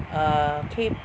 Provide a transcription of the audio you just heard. err tw~